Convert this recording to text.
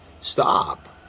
stop